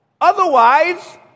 Otherwise